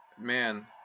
Man